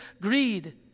greed